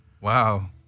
Wow